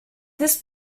this